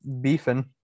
beefing